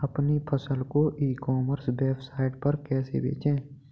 अपनी फसल को ई कॉमर्स वेबसाइट पर कैसे बेचें?